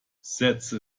setze